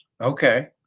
Okay